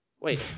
Wait